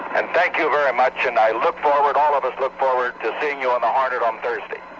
and thank you very much and i look forward. all of us look forward to seeing you on the hornet on thursday.